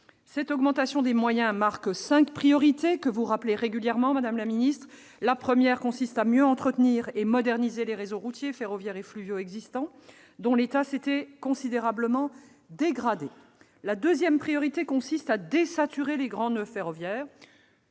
Cette augmentation des moyens marque cinq priorités que vous rappelez régulièrement, madame la ministre. La première consiste à mieux entretenir et moderniser les réseaux routiers, ferroviaires et fluviaux existants, dont l'état s'était considérablement dégradé. La deuxième priorité consiste à désaturer les grands noeuds ferroviaires,